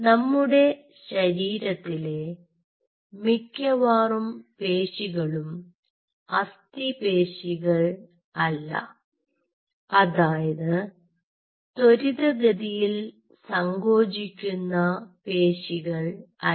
നമ്മുടെ ശരീരത്തിലെ മിക്കവാറും പേശികളും അസ്ഥി പേശികൾ അല്ല അതായത് ത്വരിതഗതിയിൽ സങ്കോചിക്കുന്ന പേശികൾ അല്ല